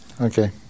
Okay